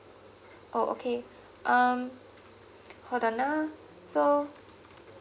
oh okay um hold on uh so